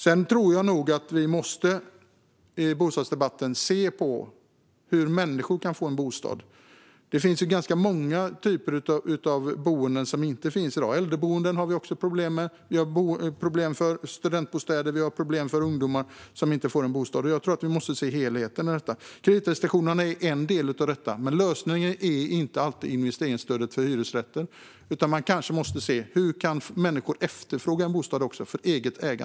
Sedan tror jag att vi i bostadsdebatten måste se på hur människor kan få en bostad. Det är ganska många typer av boenden som inte finns i dag. Vi har problem med äldreboenden. Vi har problem med studentbostäder. Vi har problem med att ungdomar inte får en bostad. Jag tror att vi måste se helheten. Kreditrestriktionerna är en del av detta, men lösningen är inte alltid investeringsstöd för hyresrätter. Man måste kanske också se hur människor kan efterfråga en bostad att äga?